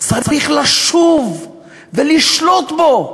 צריך לשוב ולשלוט בו,